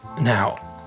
Now